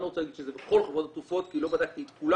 אני לא רוצה להגיד שזה בכל חברות התרופות כי לא בדקתי את כולן,